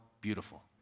beautiful